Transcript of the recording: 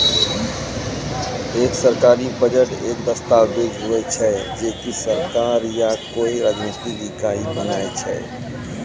एक सरकारी बजट एक दस्ताबेज हुवै छै जे की सरकार या कोय राजनितिक इकाई बनाय छै